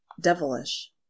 devilish